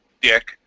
Dick